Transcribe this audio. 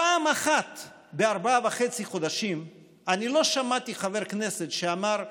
פעם אחת בארבעה חודשים וחצי אני לא שמעתי חבר כנסת שאמר: